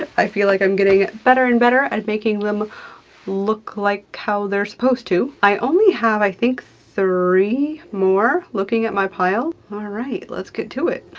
i feel like i'm getting better and better at making them look like how they're supposed to. i only have i think three more, looking at my pile. all ah right, let's get to it.